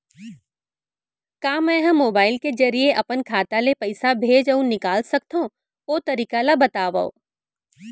का मै ह मोबाइल के जरिए अपन खाता ले पइसा भेज अऊ निकाल सकथों, ओ तरीका ला बतावव?